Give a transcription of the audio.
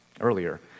earlier